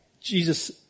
Jesus